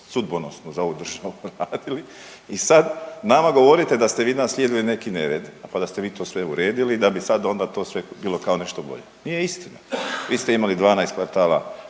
sudbonosno za ovu državu radili i sad nama govorite da ste vi naslijedili neki nered pa da ste vi to sve uredili da bi sad onda to sve bilo kao nešto bolje. Nije istina. Vi ste imali 12 kvartala